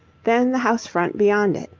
then the house-front beyond it,